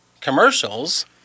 commercials